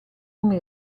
come